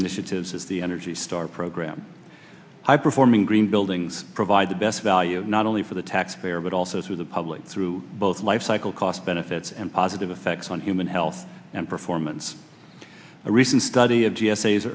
initiatives as the energy star program high performing green buildings provide the best value not only for the taxpayer but also through the public through both lifecycle cost benefits and positive effects on human health and performance a recent study of g